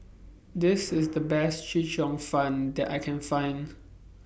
This IS The Best Chee Cheong Fun that I Can Find